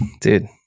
Dude